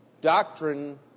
Doctrine